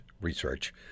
Research